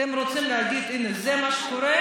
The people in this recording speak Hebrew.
אתם רוצים להגיד: הינה, זה מה שקורה?